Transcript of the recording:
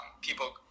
people